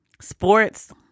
Sports